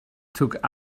took